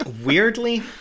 weirdly